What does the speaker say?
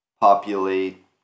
populate